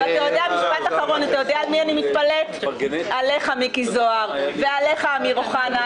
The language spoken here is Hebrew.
אני מתפלאת עליך מיקי זוהר ועליך אמיר אוחנה,